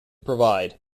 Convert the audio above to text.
provide